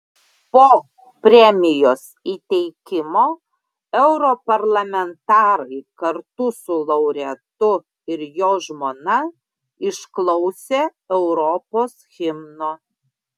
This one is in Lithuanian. po premijos įteikimo europarlamentarai kartu su laureatu ir jo žmona išklausė europos himno